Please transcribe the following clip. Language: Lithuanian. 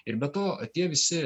ir be to tie visi